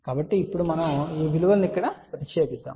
కాబట్టి ఇప్పుడు మనము ఈ విలువను ఇక్కడ ప్రతిక్షేపిద్దాం